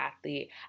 athlete